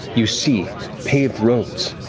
you see paved roads.